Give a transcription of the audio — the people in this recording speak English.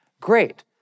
Great